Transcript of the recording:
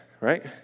right